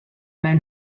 mewn